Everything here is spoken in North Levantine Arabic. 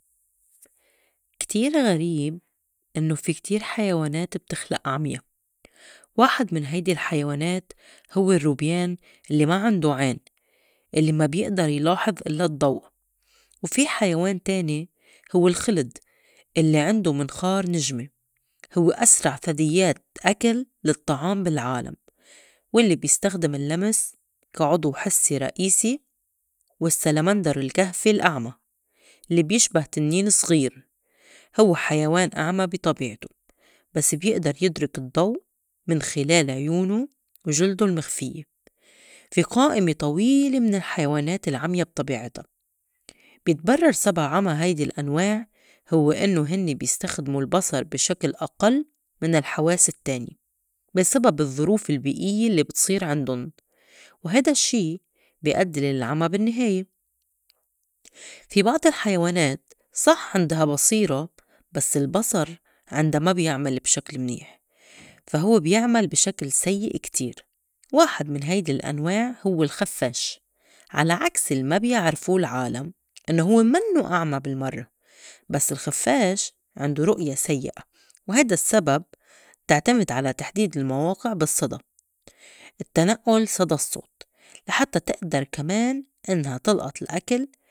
كتير غريب إنّو في كتير حيوانات بتخلأ عميا واحد من هيدي الحيوانات هوّ الرّوبيان اللّي ما عِندو عين اللّي ما بيأدر يلاحظ إلّا الضّو. وفي حيوان تاني هوّ الخِلِد الّي عندو منخار نجمة هوّ أسرع ثديّات أكل للطّعام بالعالم والّي بيستخدم الّلمس كعضو حسّي رئيسي. والسّلمندر الكهفي الأعمى لي بيشبه تنّين صغير هوّ حيوان أعمى بي طبيعتو بس بيئدر يدرك الضّو من خِلال عيونو وجلدو المخفيّة. في قائمة طويلة من الحيوانات العميى بطبيعتا. بيتبرّر سبا عمى هيدي الأنواع هوّ إنّو هنّي بيستخدمو البصر بي شكل أقل من الحواس التّانية بي سبب الظروف البيئيّة الّي بتصير عِندُن وهيدا الشّي بي أدّي للعمى بالنّهاية. في بعض الحيوانات صح عِندها بصيرة بس البصر عِنْدا ما بيعْمَل بشكل منيح فا هوّ بيعْمَل بي شكل سيّئ كتير. واحد من هيدي الأنواع هوّ الخفّاش على عكس الما بيعرفو العالم إنّو هوّ منّو أعمى بالمرّة، بس الخفّاش عندو رؤية سيّئة وهيدا السّبب تعتمد على تحديد المواقع بالصّدى التنقّل صدى الصّوت، لحتّى تأدر كمان إنْها طلأت الأكل.